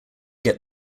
get